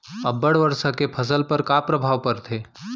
अब्बड़ वर्षा के फसल पर का प्रभाव परथे?